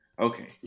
Okay